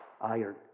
iron